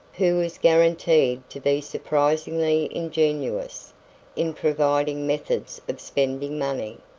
who was guaranteed to be surprisingly ingenious in providing methods of spending money.